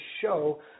show